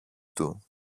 του